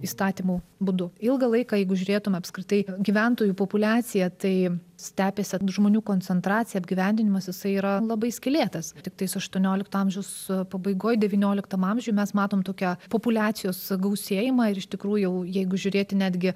įstatymų būdu ilgą laiką jeigu žiūrėtume apskritai gyventojų populiacija tai stepėse žmonių koncentracija apgyvendinimas jisai yra labai skylėtas tiktais aštuoniolikto amžiaus pabaigoj devynioliktam amžiuj mes matom tokią populiacijos pagausėjimą ir iš tikrųjų jau jeigu žiūrėti netgi